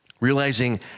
realizing